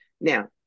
Now